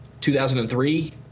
2003